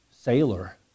sailor